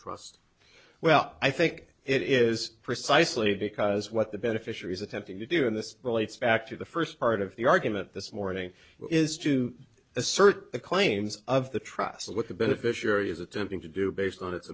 trust well i think it is precisely because what the beneficiaries attempting to do in this relates back to the first part of the argument this morning is to assert the claims of the trust of what the beneficiary is attempting to do based on its